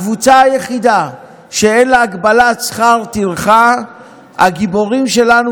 הקבוצה היחידה שאין לה הגבלת שכר טרחה היא הגיבורים שלנו,